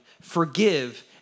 Forgive